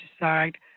decide